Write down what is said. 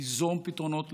ליזום פתרונות,